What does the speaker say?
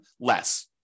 less